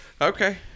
Okay